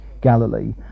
Galilee